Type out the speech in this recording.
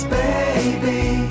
baby